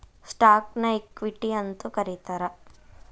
ಸ್ಟಾಕ್ನ ಇಕ್ವಿಟಿ ಅಂತೂ ಕರೇತಾರ